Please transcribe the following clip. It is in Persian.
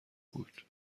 بود